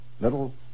Little